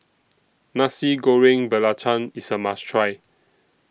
Nasi Goreng Belacan IS A must Try